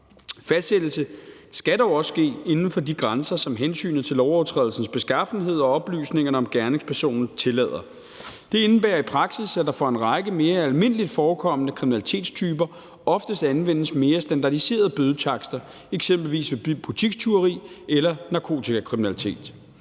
Fastsættelse skal dog også ske inden for de grænser, som hensynet til lovovertrædelsens beskaffenhed og oplysningerne om gerningspersonen tillader. Det indebærer i praksis, at der for en række mere almindeligt forekommende kriminalitetstyper oftest anvendes mere standardiserede bødetakster, eksempelvis ved butikstyveri eller narkotikakriminalitet.